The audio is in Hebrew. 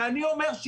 ואני אומר,